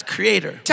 Creator